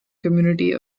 community